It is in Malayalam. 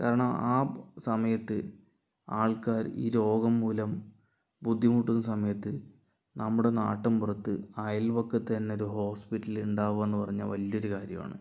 കാരണം ആ സമയത്ത് ആൾക്കാർ ഈ രോഗം മൂലം ബുദ്ധിമുട്ടുന്ന സമയത്ത് നമ്മുടെ നാട്ടിൻപുറത്ത് അയൽവക്കത്ത് തന്നെ ഒരു ഹോസ്പിറ്റൽ ഉണ്ടാവുകയെന്ന് പറഞ്ഞാൽ വലിയൊരു കാര്യമാണ്